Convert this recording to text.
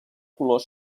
colors